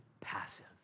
passive